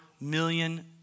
million